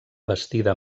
bastida